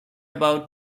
about